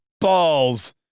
balls